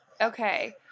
Okay